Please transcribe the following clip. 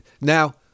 Now